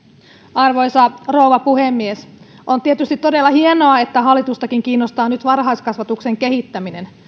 arvoisa rouva puhemies on tietysti todella hienoa että hallitustakin kiinnostaa nyt varhaiskasvatuksen kehittäminen